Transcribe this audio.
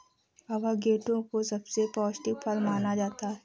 avocado को सबसे पौष्टिक फल माना जाता है